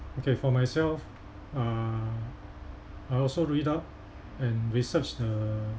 okay for myself uh I also read up and research the